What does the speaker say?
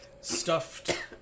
stuffed